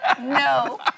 No